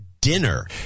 dinner